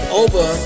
over